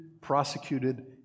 prosecuted